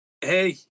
Hey